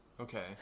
okay